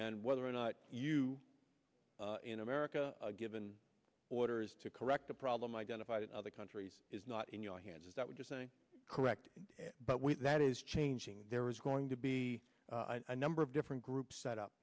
and whether or not you in america given orders to correct a problem identified in other countries is not in your hands is that what you're saying correct but we that is changing there is going to be a number of different groups set up